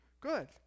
Good